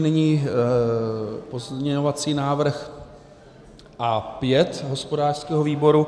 Nyní pozměňovací návrh A5 hospodářského výboru.